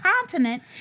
continent